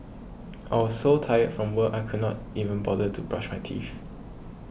I was so tired from work I could not even bother to brush my teeth